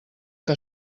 que